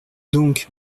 donc